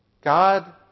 God